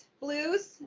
blues